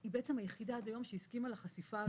היא היחידה עד היום שהסכימה לחשיפה הזאת.